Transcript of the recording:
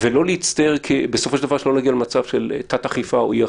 ולא להגיע למצב של תת-אכיפה או אי-אכיפה.